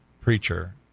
preacher